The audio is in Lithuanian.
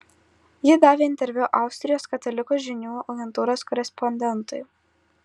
ji davė interviu austrijos katalikų žinių agentūros korespondentui